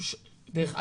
דרך אגב,